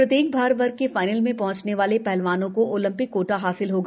प्रत्येक भार वर्ग के फाइनल में हंचने वाले हलवानों को ओलंपिक कोटा हासिल होगा